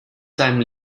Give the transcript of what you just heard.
seinem